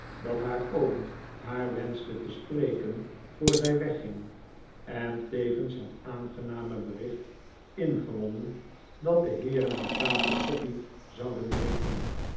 dat haar oom haar wenschte te spreken voor zij wegging en tevens het aangename bericht ingewonnen dat de heeren aan tafel koffie zouden drinken